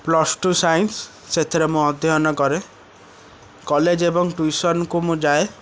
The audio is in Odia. ପ୍ଲସଟୁ ସାଇନ୍ସ ସେଥିରେ ମୁଁ ଅଧ୍ୟୟନ କରେ କଲେଜ ଏବଂ ଟୁଇସନ୍ କୁ ମୁଁ ଯାଏ